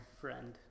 friend